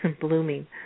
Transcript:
blooming